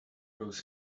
those